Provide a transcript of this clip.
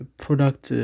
product